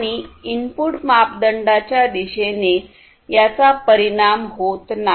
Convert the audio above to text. आणि इनपुट मापदंडाच्या दिशेने याचा परिणाम होत नाही